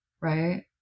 right